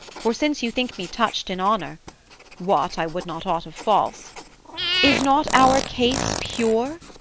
for since you think me touched in honour what, i would not aught of false is not our case pure?